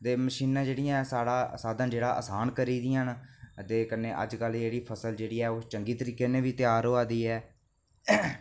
दे मशीनां जेहडियां हैन ओह् सारा साढ़ा साधन जेह्डा ओह् आसान करी गेदी ना दे कन्नै अजकल जेहड़ी फसल जेहड़ी ऐ ओह् चंगी तरीके कन्नै बी त्यार होआ दी ऐ